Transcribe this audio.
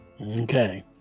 Okay